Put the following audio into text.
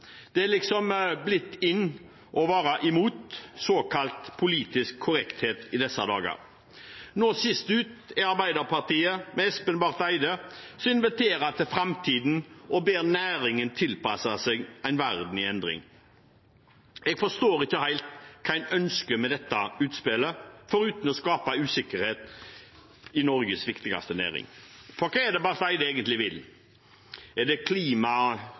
Det er liksom blitt in å være imot – såkalt politisk korrekthet – i disse dager. Sist ut er Arbeiderpartiet, med Espen Barth Eide, som inviterer til framtiden og ber næringen tilpasse seg en verden i endring. Jeg forstår ikke helt hva en ønsker med dette utspillet, foruten å skape usikkerhet i Norges viktigste næring. For hva er det Barth Eide egentlig vil? Er det